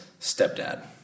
stepdad